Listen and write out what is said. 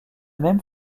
même